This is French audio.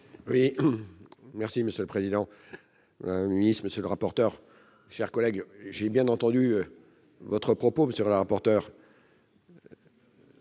Oui merci monsieur le président, un ministre, monsieur le rapporteur, chers collègues, j'ai bien entendu votre propos sur la rapporteur.